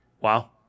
Wow